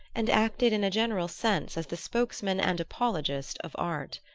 and acted in a general sense as the spokesman and apologist of art.